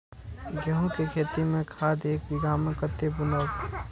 गेंहू के खेती में खाद ऐक बीघा में कते बुनब?